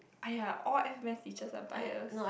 !aiya! all A-math teacher are biased